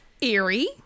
eerie